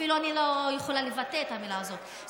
אני אפילו לא יכולה לבטא את המילה הזאת,